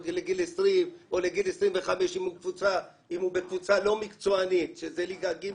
20 או אפילו 25 אם הוא בקבוצה לא מקצוענית שזו ליגה ג',